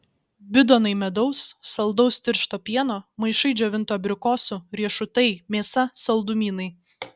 bidonai medaus saldaus tiršto pieno maišai džiovintų abrikosų riešutai mėsa saldumynai